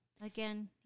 again